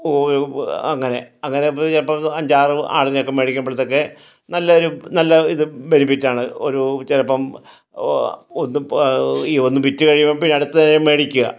O അങ്ങനെ അങ്ങനെ ചിലപ്പോൾ അഞ്ചാറ് ആടിനെയൊക്കെ മേടിക്കുമ്പോഴത്തേക്ക് നല്ല ഒരു നല്ല ഇത് ബെനിഫിറ്റ് ആണ് ഒരു ചിലപ്പം ഒന്ന് വിറ്റ് കഴിയുമ്പം പി അടുത്തതിനെ മേടിക്കുക